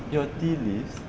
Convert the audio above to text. your tea leaves